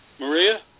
Maria